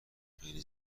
خیلی